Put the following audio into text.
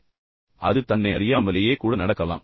எனவே அது தன்னை அறியாமலேயே கூட நடக்கலாம்